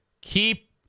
Keep